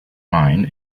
mine